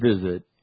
visit